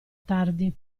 tardi